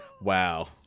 Wow